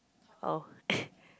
oh